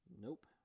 Nope